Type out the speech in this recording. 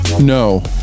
No